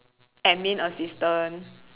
admin assistant